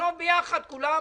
נחשוב ביחד כולם,